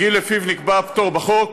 הגיל שלפיו נקבע הפטור בחוק.